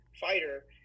fighter